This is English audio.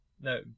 No